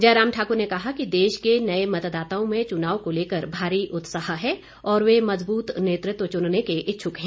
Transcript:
जयराम ठाकुर ने कहा कि देश के नए मतदाताओं में चुनाव को लेकर भारी उत्साह है और वे मजबूत नेतृत्व चुनने के इच्छुक हैं